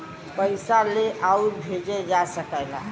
पइसवा ले आउर भेजे जा सकेला